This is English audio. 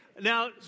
Now